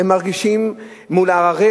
מול הררי